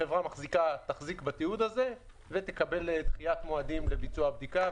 החברה תחזיק בתיעוד הזה ותקבל דחיית מועדים לביצוע הבדיקה,